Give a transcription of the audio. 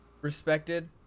respected